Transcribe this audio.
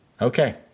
Okay